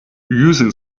using